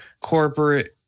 corporate